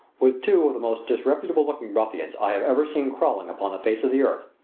with two of the most disreputable looking ruffians i have ever seen crawling upon the face of the earth.